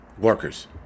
workers